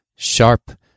Sharp